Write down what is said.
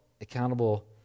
accountable